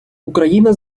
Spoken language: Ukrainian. україна